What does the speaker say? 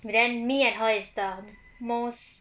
but then me and her is the most